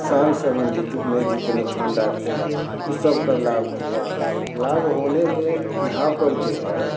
किसान संबंधित कुछ नहीं जितने फंड आते हैं उस सब का लाभ हुआ लाभ होने में यहाँ पर जो है